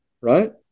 right